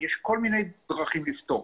בניין, יש כל מיני דרכים לפתור.